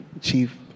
Chief